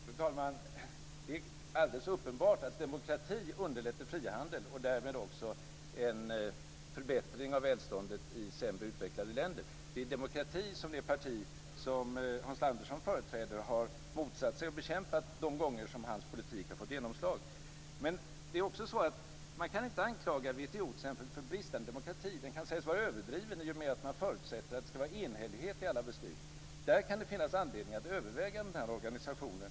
Fru talman! Det är alldeles uppenbart att demokrati underlättar frihandel och därmed också en förbättring av välståndet i sämre utvecklade länder. Men det är ju demokrati som det parti som Hans Andersson företräder har motsatt sig och bekämpat de gånger som hans politik har fått genomslag. Man kan inte anklaga WTO t.ex. för bristande demokrati. Det kan sägas vara överdrivet i och med att man förutsätter att det ska vara enhällighet vid alla beslut. Där kan det finnas anledning att överväga den här organisationen.